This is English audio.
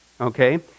Okay